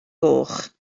goch